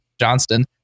Johnston